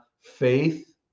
faith